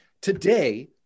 Today